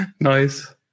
Nice